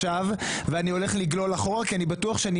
אני הולך לגלול אחורה כי אני בטוח שאני